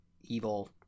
evil